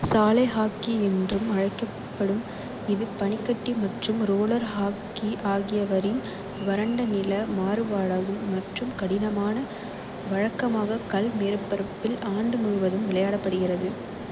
சாலை ஹாக்கி என்றும் அழைக்கப்படும் இது பனிக்கட்டி மற்றும் ரோலர் ஹாக்கி ஆகியவற்றின் வறண்ட நில மாறுபாடாகும் மற்றும் கடினமான வழக்கமாக கல் மேற்பரப்பில் ஆண்டு முழுவதும் விளையாடப்படுகிறது